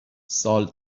سال